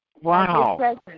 Wow